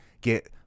get